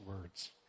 words